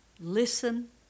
listen